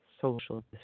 social